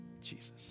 Jesus